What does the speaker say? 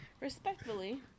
respectfully